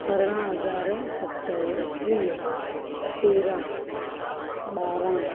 अरिड़हां हज़ार सत सौ टीह तेरहां ॿारहां